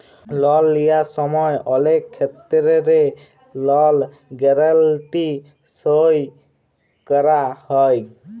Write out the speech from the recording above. লল লিঁয়ার সময় অলেক খেত্তেরে লল গ্যারেলটি সই ক্যরা হয়